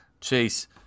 Chase